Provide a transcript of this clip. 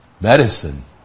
medicine